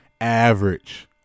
average